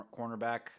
cornerback